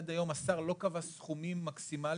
עד היום השר לא קבע סכומים מקסימליים